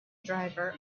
driver